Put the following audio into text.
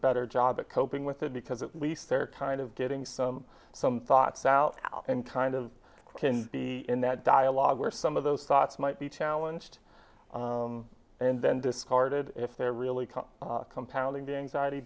better job of coping with it because it least they're kind of getting some some thoughts out and kind of can be in that dialogue where some of those thoughts might be challenged and then discarded if they're really